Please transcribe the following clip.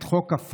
את חוק הפקס,